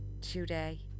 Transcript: today